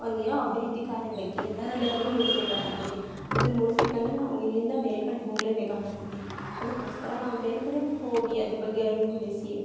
ಒಂದು ಏನೋ ಅಭಿವೃದ್ಧಿ ಕಾರ್ಯ ಬಗ್ಗೆ ಎಲ್ಲರೆಲ್ಲಾರು ಮೂಡಿಸ್ಬೇಕಾಗಿರ್ತೈತಿ ಅದನ್ನ ಮೂಡಿಸ್ಬೇಕಂದ್ರೆ ನಾವು ಇಲ್ಲಿಂದ ಬೇರೆ ಕಡೆ ಹೋಗಲೇ ಬೇಕಾಗಿರ್ತೈತಿ ಅದಕ್ಕೋಸ್ಕರ ನಾವು ಬೇರೆ ಕಡೆ ಎಲ್ಲ ಹೋಗಿ ಅದ್ರ ಬಗ್ಗೆ ಅರಿವು ಮೂಡಿಸಿ